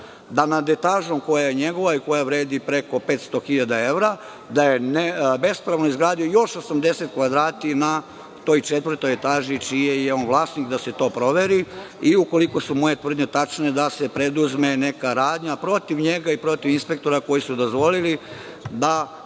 na nad etažom koja je njegova i koja vredi preko 500 hiljada evra, da je neko bespravno izgradio još 80 kvadrata na toj četvrtoj etaži čiji je on vlasnik, da se to proveri. Ukoliko su moje tvrdnje tačne, onda da se preduzme neka radnja protiv njega i protiv inspektora koji su dozvolili da pored